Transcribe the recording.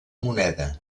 moneda